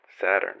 Saturn